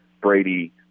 Brady